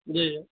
जी